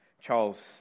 Charles